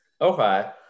Okay